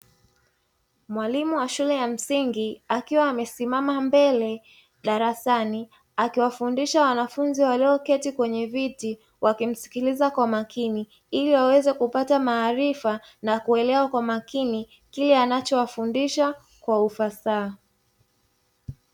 Mwalimu wa shule ya msingi akiwa amesimama mbele darasani akiwafundisha wanafunzi walioketi kwenye viti wakimsikiliza kwa makini ili waweze kupata maarifa na kuelewa kwa makini kile anachowafundisha kwa ufasaha